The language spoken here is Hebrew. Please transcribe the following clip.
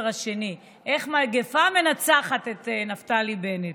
השני: איך מגפה מנצחת את נפתלי בנט.